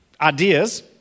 ideas